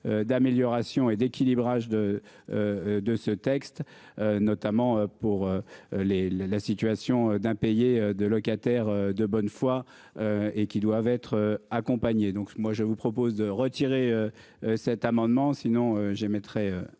D'amélioration et d'équilibrage de. De ce texte. Notamment pour les les la situation d'impayé de locataires de bonne foi. Et qui doivent être accompagnés. Donc moi je vous propose de retirer. Cet amendement sinon j'émettrai